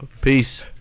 Peace